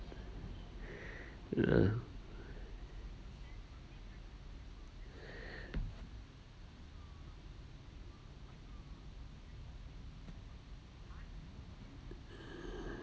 ya